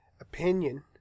opinion